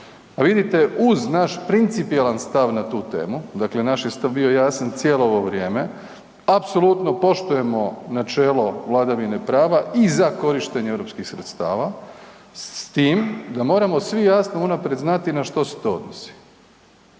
vidite, uz naš principijelan stav na tu temi, dakle, naš je stav bio jasan cijelo ovo vrijeme, apsolutno poštujemo načelo vladavine prava i za korištenje europskih sredstava, s tim da moramo svi jasno unaprijed znati na što se to odnosi.